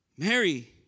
Mary